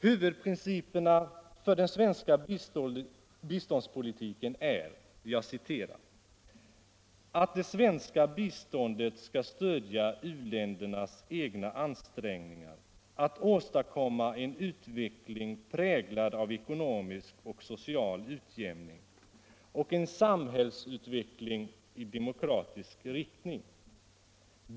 Huvudprinciperna för den svenska biståndspolitiken är att ”det svenska biståndet skall stödja u-ländernas egna ansträngningar att åstadkomma en utveckling präglad av ekonomisk och social utjämning och en samhällsutveckling i demokratisk riktning.